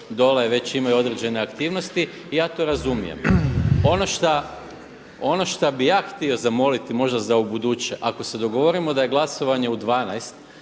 dolje već imaju određene aktivnosti i ja to razumije. Ono što bih ja htio zamoliti možda za ubuduće, ako se dogovorimo da je glasovanje u 12,